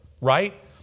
right